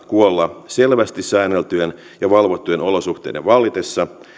kuolla selvästi säänneltyjen ja valvottujen olosuhteiden vallitessa